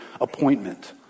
appointment